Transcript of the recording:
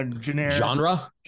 Genre